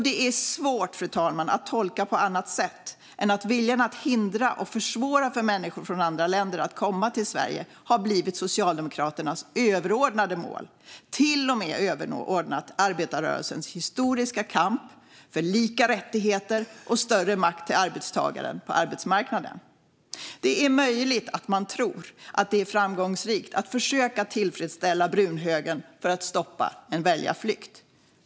Det är svårt att tolka på annat sätt än att viljan att hindra och försvåra för människor från andra länder att komma till Sverige har blivit Socialdemokraternas överordnade mål. Det är till och med överordnat arbetarrörelsens historiska kamp för lika rättigheter och större makt till arbetstagaren på arbetsmarknaden. Det är möjligt att man tror att det är framgångsrikt att försöka tillfredsställa brunhögern för att stoppa en väljarflykt.